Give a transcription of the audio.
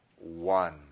one